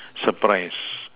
surprise